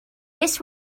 this